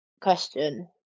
question